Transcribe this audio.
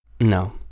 No